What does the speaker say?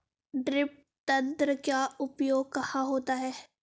Drip तंत्र का उपयोग कहाँ होता है?